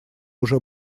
уже